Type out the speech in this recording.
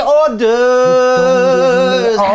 orders